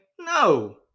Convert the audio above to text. No